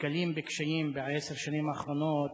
נתקלים בקשיים בעשר השנים האחרונות,